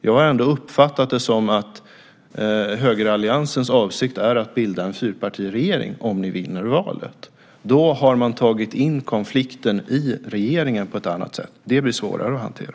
Jag har ändå uppfattat att högeralliansens avsikt är att bilda en fyrpartiregering om ni vinner valet. Då har man tagit in konflikten i regeringen på ett annat sätt. Det blir svårare att hantera.